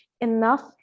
enough